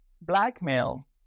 Blackmail